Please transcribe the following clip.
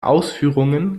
ausführungen